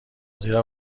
زیرا